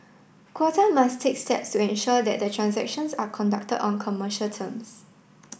Qatar must take steps to ensure that the transactions are conducted on commercial terms